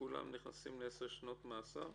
כולם נכנסים ל-10 שנות מאסר?